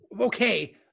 okay